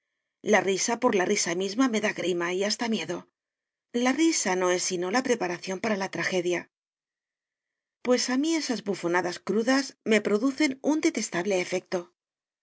la risa por la risa misma me da grima y hasta miedo la risa no es sino la preparación para la tragedia pues a mí esas bufonadas crudas me producen un detestable efecto